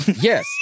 Yes